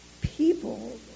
people